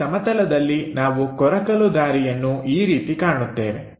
ಈ ಸಮತಲದಲ್ಲಿನಾವು ಕೊರಕಲು ದಾರಿಯನ್ನು ಈ ರೀತಿ ಕಾಣುತ್ತೇವೆ